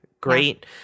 Great